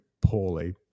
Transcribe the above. poorly